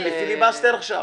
ששש,